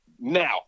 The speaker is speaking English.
now